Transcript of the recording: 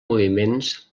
moviments